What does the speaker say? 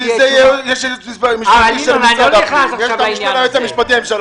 בשביל זה יש ייעוץ משפטי של משרד הפנים,